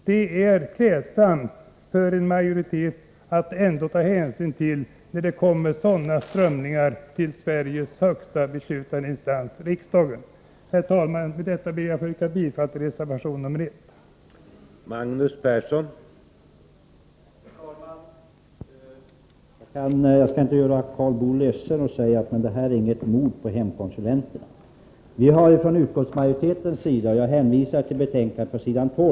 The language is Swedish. Det är klädsamt för en majoritet i Sveriges högsta beslutande instans, riksdagen, om den kan ta hänsyn också till sådana strömningar. Herr talman! Med detta ber jag att få yrka bifall till reservation nr 1.